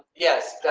yes,